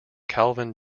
calvin